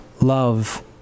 love